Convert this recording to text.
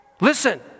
Listen